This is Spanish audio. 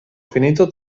finito